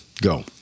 go